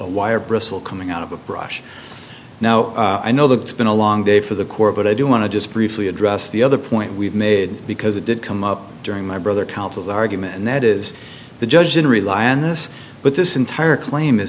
a wire bristle coming out of a brush now i know that been a long day for the court but i do want to just briefly address the other point we've made because it did come up during my brother counsel's argument and that is the judge didn't rely on this but this entire claim is